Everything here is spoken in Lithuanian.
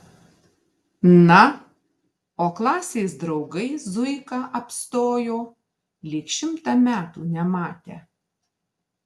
na o klasės draugai zuiką apstojo lyg šimtą metų nematę